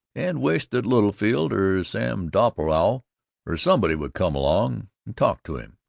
and wished that littlefield or sam doppelbrau or somebody would come along and talk to him.